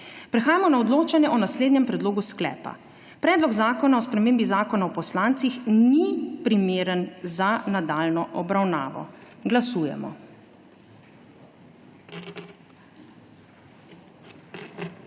Prehajamo na odločanje o naslednjem predlogu sklepa: Predlog zakona o spremembi Zakona o poslancih ni primeren za nadaljnjo obravnavo. Glasujemo.